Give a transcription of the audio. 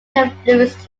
influenced